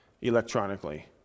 electronically